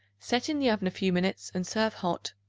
set in the oven a few minutes and serve hot,